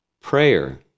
Prayer